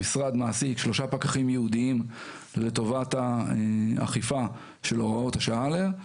המשרד מעסיק שלושה פקחים ייעודיים לטובת האכיפה של הוראות השעה האלה.